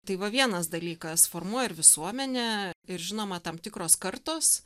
tai va vienas dalykas formuoja ir visuomenė ir žinoma tam tikros kartos